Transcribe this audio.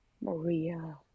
Maria